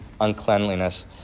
uncleanliness